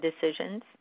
decisions